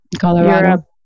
Colorado